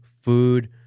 food